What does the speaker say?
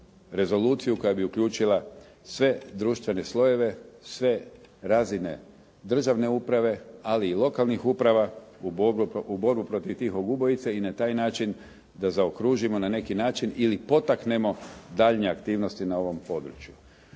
rezoluciju koja bi uključila sve društvene slojeve, sve razine državne uprave, ali i lokalnih uprava u borbu protiv tihog ubojice i na taj način da zaokružimo na neki način ili potaknemo daljnje aktivnosti na ovom području.